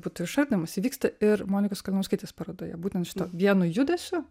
būtų išardymas įvyksta ir monikos kalinauskaitės parodoje būtent šituo vienu judesiu